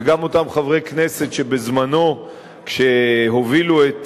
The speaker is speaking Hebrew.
וגם אותם חברי כנסת שבזמנם, כשהובילו את